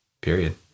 period